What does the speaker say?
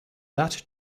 that